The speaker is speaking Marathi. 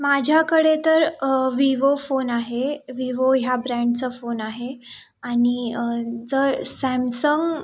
माझ्याकडे तर विवो फोन आहे विवो ह्या ब्रँडचा फोन आहे आणि जर सॅमसंग